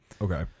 Okay